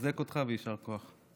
מחזק אותך, ויישר כוח.